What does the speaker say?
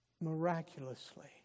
miraculously